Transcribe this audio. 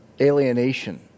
alienation